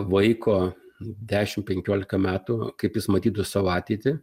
vaiko dešimt penkiolika metų kaip jis matytų savo ateitį